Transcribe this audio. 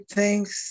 thanks